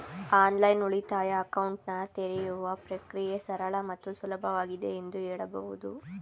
online ಉಳಿತಾಯ ಅಕೌಂಟನ್ನ ತೆರೆಯುವ ಪ್ರಕ್ರಿಯೆ ಸರಳ ಮತ್ತು ಸುಲಭವಾಗಿದೆ ಎಂದು ಹೇಳಬಹುದು